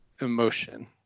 emotion